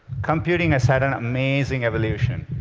computing has had an amazing evolution.